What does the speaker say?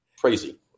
Crazy